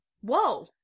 whoa